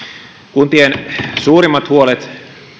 kuntien suurimmat huolet